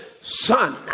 son